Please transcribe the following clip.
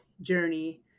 journey